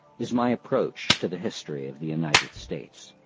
is my approach to the history of the united states.